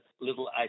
little